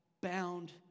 bound